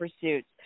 pursuits